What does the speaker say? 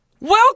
Welcome